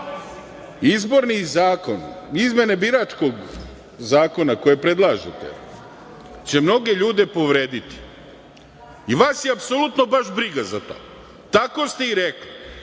preživela. Izmene biračkog zakona koje predlažete će mnoge ljude povrediti i vas je apsolutno baš briga za to. Tako ste i rekli.